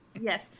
Yes